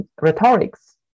rhetorics